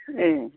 ए